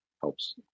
helps